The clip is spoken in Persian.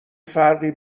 فرقی